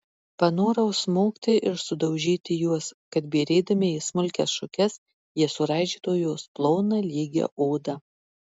panorau smogti ir sudaužyti juos kad byrėdami į smulkias šukes jie suraižytų jos ploną lygią odą